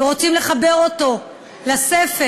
ורוצים לחבר אותו לספר,